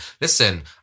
Listen